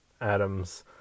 Adams